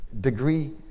degree